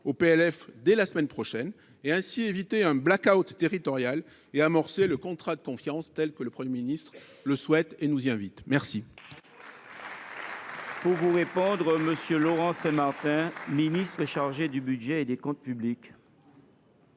dès la semaine prochaine, et ainsi éviter un blackout territorial et amorcer le contrat de confiance, tel que le Premier ministre le souhaite et nous y invite. La